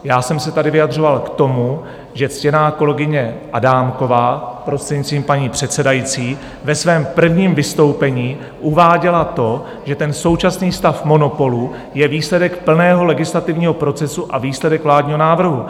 Já jsem se tady vyjadřoval k tomu, že ctěná kolegyně Adámková, prostřednictvím paní předsedající, ve svém prvním vystoupení uváděla to, že současný stav monopolu je výsledek plného legislativního procesu a výsledek vládního návrhu.